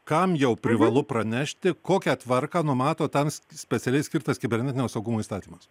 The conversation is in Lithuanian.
kam jau privalu pranešti kokią tvarką numato tam specialiai skirtas kibernetinio saugumo įstatymas